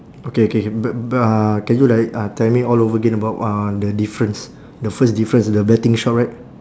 okay okay but but uh can you like uh tell me all over again about uh the difference the first difference the betting shop right